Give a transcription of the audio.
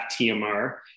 TMR